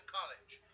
College